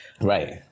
right